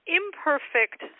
imperfect